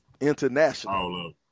international